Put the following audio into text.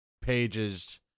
pages